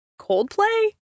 Coldplay